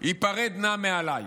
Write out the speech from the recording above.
"היפרד נא מעליי".